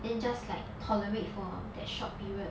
then just like tolerate for that short period